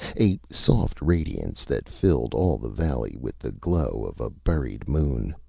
a soft radiance that filled all the valley with the glow of a buried moon.